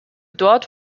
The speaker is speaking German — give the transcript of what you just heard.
dort